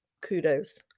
kudos